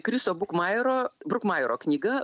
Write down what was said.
kriso bukmairo brukmairo knyga